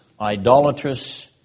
idolatrous